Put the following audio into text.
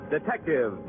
Detective